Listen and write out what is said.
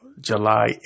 July